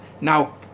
Now